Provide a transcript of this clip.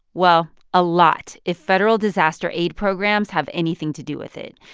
well, a lot, if federal disaster aid programs have anything to do with it.